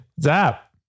Zap